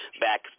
Back